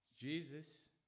Jesus